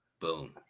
Boom